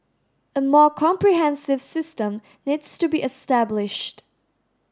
a more comprehensive system needs to be established